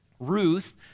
Ruth